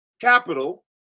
capital